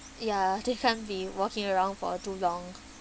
ya they can't be walking around for uh too long